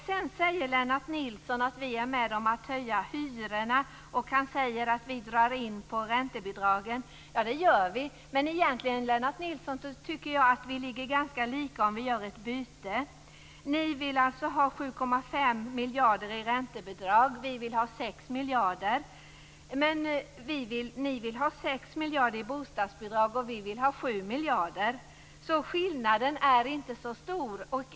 Sedan säger Lennart Nilsson att vi är med om att höja hyrorna. Han säger att vi drar in på räntebidragen. Det gör vi. Men egentligen, Lennart Nilsson, tycker jag att vi ligger ganska lika om vi gör ett byte. Ni vill alltså ha 7,5 miljarder i räntebidrag. Vi vill ha 6 miljarder. Ni vill ha 6 miljarder i bostadsbidrag, och vi vill ha 7 miljarder. Skillnaden är inte så stor.